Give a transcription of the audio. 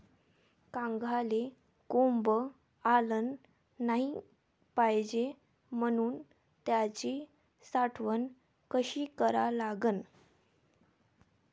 कांद्याले कोंब आलं नाई पायजे म्हनून त्याची साठवन कशी करा लागन?